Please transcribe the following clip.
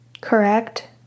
Correct